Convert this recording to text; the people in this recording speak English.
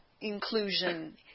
inclusion